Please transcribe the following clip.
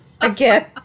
again